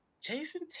Jason